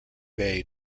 bay